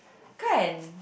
can